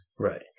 Right